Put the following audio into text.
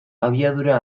abiadura